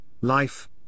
life